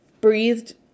breathed